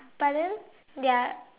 but then their